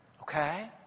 Okay